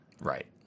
Right